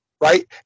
right